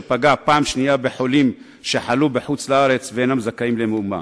שפגע פעם שנייה בחולים שחלו בחוץ-לארץ ואינם זכאים למאומה.